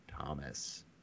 Thomas